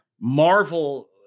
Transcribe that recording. Marvel